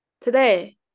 Today